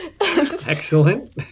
Excellent